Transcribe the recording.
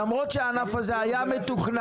למרות שהענף הזה היה מתוכנן